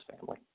family